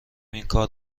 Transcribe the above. اینکار